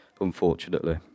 unfortunately